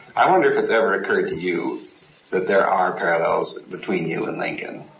i wonder if it's ever occurred to you that there are parallels between you and lincon.